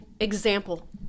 example